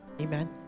Amen